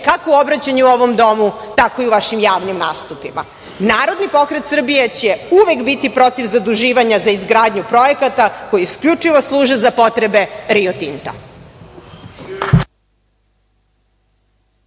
kako u obraćanju u ovom domu, tako i u vašim javnim nastupima. Narodni pokret Srbije će uvek biti protiv zaduživanja za izgradnju projekata koji isključivo služe za potrebe „Rio Tinta“.